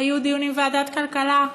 היו דיונים בוועדת כלכלה?